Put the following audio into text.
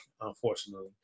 unfortunately